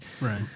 right